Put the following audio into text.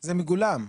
זה מגולם.